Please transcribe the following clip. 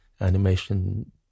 animation